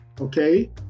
okay